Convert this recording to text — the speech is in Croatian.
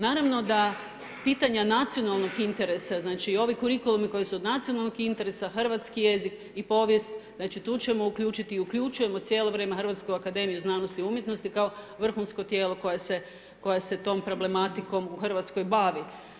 Naravno da pitanja nacionalnog interesa, znači ovi kurikulumi koji su od nacionalnog interesa hrvatski jezik i povijest, znači tu ćemo uključiti i uključujemo cijelo vrijeme Hrvatsku akademiju znanosti i umjetnosti kao vrhunsko tijelo koje se tom problematikom u Hrvatskoj bavi.